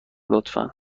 لطفا